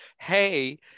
hey